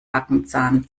backenzahn